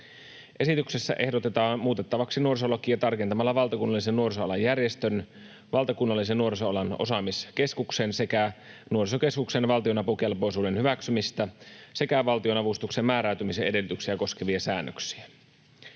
Esityksessä ehdotetaan muutettavaksi nuorisolakia tarkentamalla valtakunnallisen nuorisoalan järjestön, valtakunnallisen nuorisoalan osaamiskeskuksen sekä nuorisokeskuksen valtionapukelpoisuuden hyväksymistä sekä valtionavustuksen määräytymisen edellytyksiä koskevia säännöksiä.